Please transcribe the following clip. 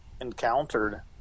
encountered